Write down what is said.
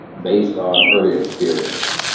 based on early experiences.